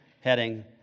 heading